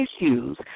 issues